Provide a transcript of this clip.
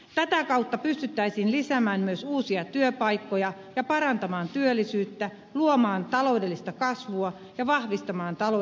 tätä kautta pystyttäisiin lisäämään myös uusia työpaikkoja ja parantamaan työllisyyttä luomaan taloudellista kasvua ja vahvistamaan talouden tasapainoa